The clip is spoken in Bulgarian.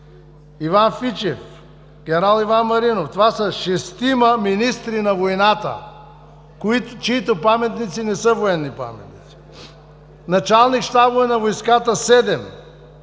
Иван Фичев, ген. Иван Маринов. Това са шестима министри на войната, чиито паметници не са военни паметници, началник-щабове на войската – 7,